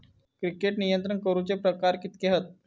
कीटक नियंत्रण करूचे प्रकार कितके हत?